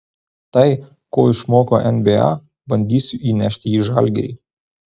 tai ko išmokau nba bandysiu įnešti į žalgirį